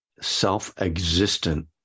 self-existent